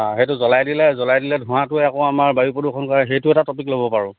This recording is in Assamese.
অ সেইটো জ্বলাই দিলে জ্বলাই দিলে ধোঁৱাটোৱে আকৌ আমাৰ বায়ু প্ৰদূষণ কৰে সেইটো এটা টপিক ল'ব পাৰোঁ